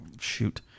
shoot